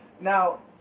Now